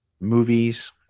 movies